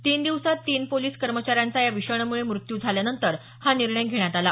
तीन दिवसांत तीन पोलिस कर्मचाऱ्यांचा या विषाणूमुळे मृत्यू झाल्यानंतर हा निर्णय घेण्यात आला